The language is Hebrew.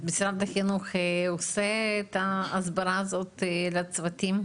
משרד החינוך עושה את ההסברה הזו לצוותים?